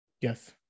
Yes